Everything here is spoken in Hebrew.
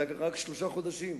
אתה רק שלושה חודשים,